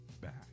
back